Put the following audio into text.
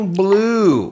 blue